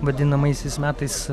vadinamaisiais metais